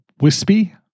Wispy